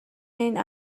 این